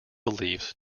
beliefs